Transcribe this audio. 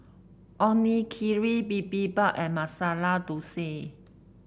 Onigiri Bibimbap and Masala Dosa